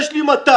יש לי מטע,